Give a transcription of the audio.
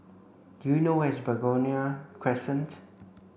do you know where is Begonia Crescent